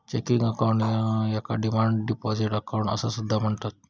checking account याका demand deposit account असा सुद्धा म्हणतत